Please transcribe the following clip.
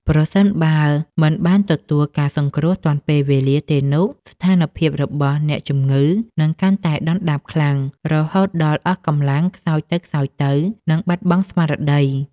ប្រសិនបើមិនបានទទួលការសង្គ្រោះទាន់ពេលវេលាទេនោះ ស្ថានភាពរបស់អ្នកជំងឺនឹងកាន់តែដុនដាបខ្លាំង រហូតដល់អស់កម្លាំងខ្សោយទៅៗ និងបាត់បង់ស្មារតី។